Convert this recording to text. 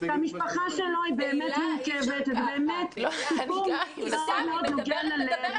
והמשפחה שלו היא באמת מרוכבת ובאמת סיפור מאוד נוגע ללב.